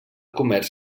comerç